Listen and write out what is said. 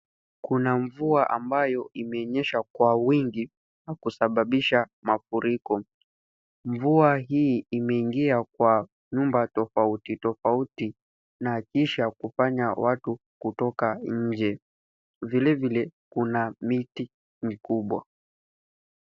Kuna mvua ambayo imenyesha kwa wingi na kusababisha mafuriko. Mvua hii imeingia kwa nyumba tofauti tofauti na kisha kufanya watu kutoka nje. Vile vile, kuna miti mikubwa.